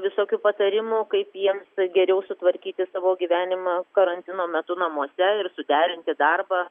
visokių patarimų kaip jiems geriau sutvarkyti savo gyvenimą karantino metu namuose ir suderinti darbą